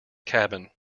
cabin